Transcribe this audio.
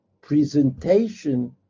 presentation